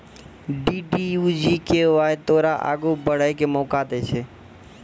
DDU GKY तोरा आगू बढ़ै के मौका दै छै